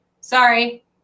sorry